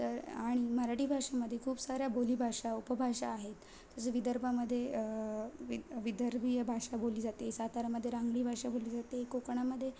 तर आणि मराठी भाषेमध्ये खूप साऱ्या बोलीभाषा उपभाषा आहेत जसं विदर्भामध्ये विद विदर्भीय भाषा बोलली जाते साताऱ्यामध्ये रांगडी भाषा बोलली जाते कोकणामध्ये